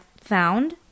found